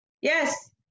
Yes